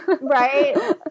Right